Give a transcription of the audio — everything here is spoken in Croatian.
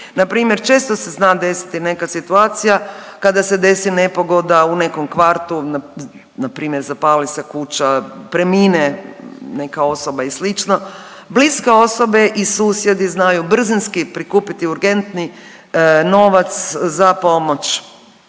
Npr. često se zna desiti neka situacija kada se desi nepogoda u nekom kvartu npr. zapali se kuća, premine neka osoba i sl., bliske osobe i susjedi znaju brzinski prikupiti urgentni novac za pomoć